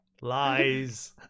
Lies